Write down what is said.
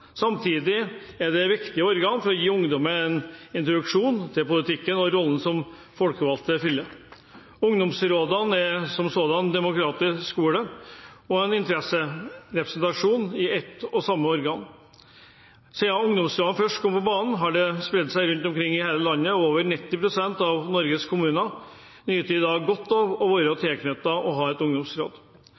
Samtidig er det et viktig organ for å gi ungdommen en introduksjon til politikken og rollen folkevalgte fyller. Ungdomsrådene er som sådanne demokratiskole og interesserepresentasjon i ett og samme organ. Siden ungdomsrådene først kom på banen, har de spredd seg rundt omkring i hele landet, og over 90 pst. av Norges kommuner nyter i dag godt av å være tilknyttet og ha et ungdomsråd.